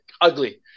ugly